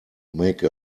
make